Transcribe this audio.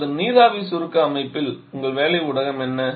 இப்போது நீராவி சுருக்க அமைப்பில் உங்கள் வேலை ஊடகம் என்ன